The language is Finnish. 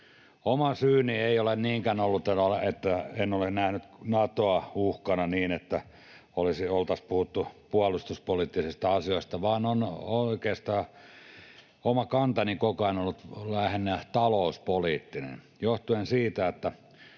Oma syyni ei ole niinkään ollut se, että olisin nähnyt Natoa uhkana niin, että oltaisiin puhuttu puolustuspoliittisista asioista, vaan oikeastaan oma kantani on koko ajan ollut lähinnä talouspoliittinen johtuen siitä, että